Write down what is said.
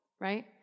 Right